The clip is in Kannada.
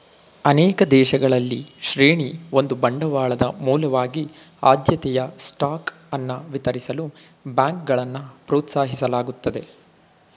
ಅನೇಕ ದೇಶಗಳಲ್ಲಿ ಶ್ರೇಣಿ ಒಂದು ಬಂಡವಾಳದ ಮೂಲವಾಗಿ ಆದ್ಯತೆಯ ಸ್ಟಾಕ್ ಅನ್ನ ವಿತರಿಸಲು ಬ್ಯಾಂಕ್ಗಳನ್ನ ಪ್ರೋತ್ಸಾಹಿಸಲಾಗುತ್ತದೆ